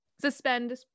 suspend